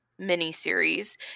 miniseries